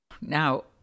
Now